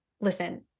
listen